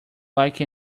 like